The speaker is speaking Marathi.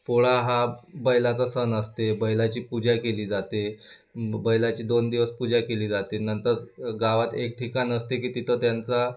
पोळा हा बैलाचा सन असते बैलाची पूजा केली जाते बैलाची दोन दिवस पूजा केली जाते नंतर गावात एक ठिकााण असते की तिथं त्यांचा